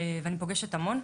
ואני פוגשת המון.